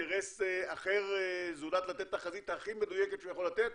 אינטרס זולת לתת תחזית הכי מדויקת שהוא יכול לתת